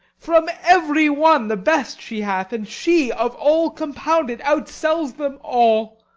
from every one the best she hath, and she, of all compounded, outsells them all.